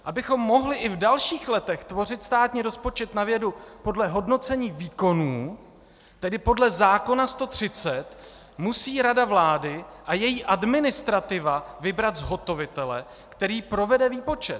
Abychom mohli i v dalších letech tvořit státní rozpočet na vědu podle hodnocení výkonů, tedy podle zákona 130, musí Rada vlády a její administrativa vybrat zhotovitele, který provede výpočet.